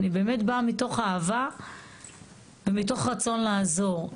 אני באמת באה מתוך אהבה ומתוך רצון לעזור.